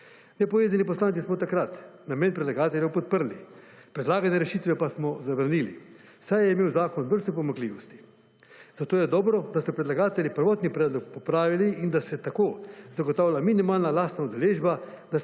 Nepovezani poslanci smo takrat namen predlagatelja podprli. Predlagane rešitve pa smo zavrnili, saj je imel zakon vrsto pomanjkljivosti. Zato je dobro, da so predlagatelji prvotni predlog popravili, in da se tako zagotavlja minimalna lastna udeležba,